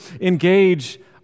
engage